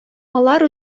алар